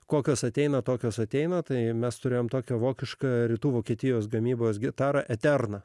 kokios ateina tokios ateina tai mes turėjome tokią vokišką rytų vokietijos gamybos gitara eterna